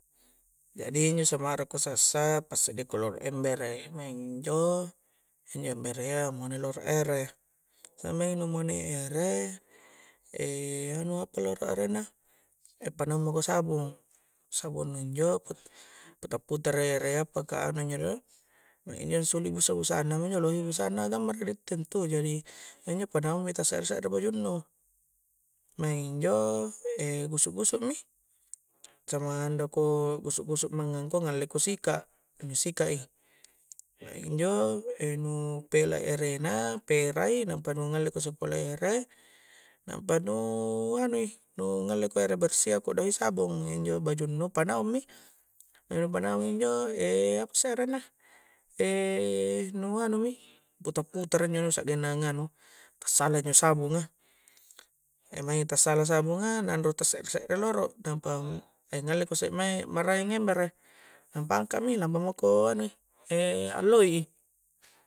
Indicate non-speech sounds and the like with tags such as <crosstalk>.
Jadi injo samang arakko sassa passadia ko rolo embere maing injo, injo emberea mone rolo ere samang maingi nu monei ere <hesitation> anu apa rolo arenna <hesitation> panaung mako sabung sabungnu injo pu-puta'-putara i erea paka anu injo do punna injo angsulu i busa-busa na lohe mi busanna gammara di itte intu jadi injo panaung mi ta sekre sekre bajunnu maing injo <hesitation> gusuk-gusuk mi samang andako gusuk-gusuk mangngang ko ngalle ko sika' nu sika i maing injo nu pela i ere na pera i nampa nu ngalle ko isse pole ere nampa nu anui nu ngalle ko ere bersih ako dahui sabung <hesitation> injo bajjunnu panaung mi maing nu panaung injo <hesitation> apasse araenna <hesitation> nu anu mi puta-putara injo naung sakgenna nganu tassala injo sabunga <hesitation> maingi tassala sabunga nanro ta sekre sekre rolo nampa <hesitation> ngalle ko isse mae maraeng embere nampa angka mi lampa mko anui <hesitation> alloi i